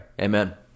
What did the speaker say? Amen